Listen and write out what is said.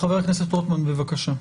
חבר הכנסת רוטמן, בבקשה.